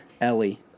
Ellie